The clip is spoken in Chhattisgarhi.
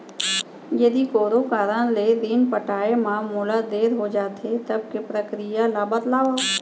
यदि कोनो कारन ले ऋण पटाय मा मोला देर हो जाथे, तब के प्रक्रिया ला बतावव